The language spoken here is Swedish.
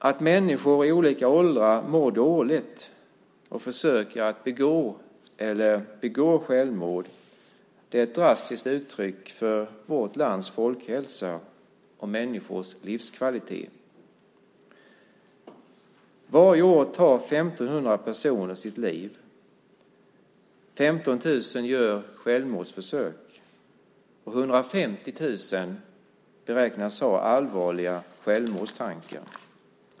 Att människor i olika åldrar mår dåligt och försöker begå eller begår självmord är ett drastiskt uttryck för vårt lands folkhälsa och människors livskvalitet. Varje år tar 1 500 personer sitt liv. 15 000 gör självmordsförsök. Man beräknar att 150 000 har allvarliga självmordstankar.